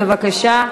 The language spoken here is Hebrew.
בבקשה.